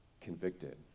convicted